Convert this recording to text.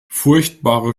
furchtbare